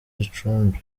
gicumbi